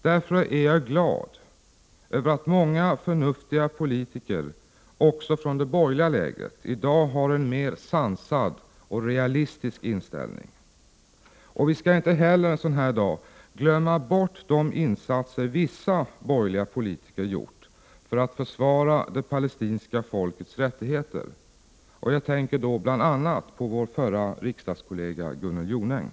Därför är jag glad över att många förnuftiga politiker också från det borgerliga lägret i dag har en mer sansad och realistisk inställning. En sådan här dag skall vi inte heller glömma bort de insatser vissa borgerliga politiker gjort för att försvara det palestinska folkets rättigheter. Jag tänker bl.a. på vår förra riksdagskollega Gunnel Jonäng.